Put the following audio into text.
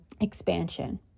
expansion